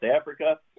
Africa